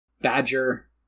badger